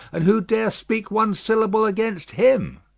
and who dare speak one syllable against him?